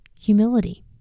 humility